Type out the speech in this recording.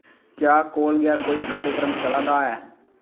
क्या कोल गै कोई कार्यक्रम चला दा ऐ